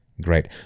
Great